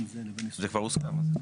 זה כבר הוסכם.